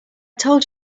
told